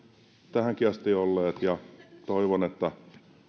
tähänkin asti olleet ja toivon että